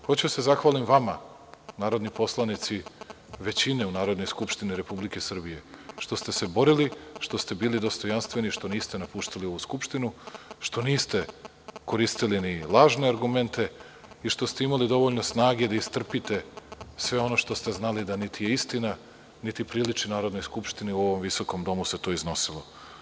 Hoću da se zahvalim vama, narodni poslanici, većini u Narodnoj skupštini Republike Srbije, što ste se borili, što ste bili dostojanstveni, što niste napuštali ovu Skupštinu, što niste koristili ni lažne argumente i što ste imali dovoljno snage da istrpite sve ono što ste znali da niti je istina, niti priliči Narodnoj skupštini, u ovom visokom domu se to iznosilo.